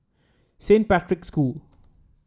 Saint Patrick's School